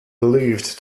believed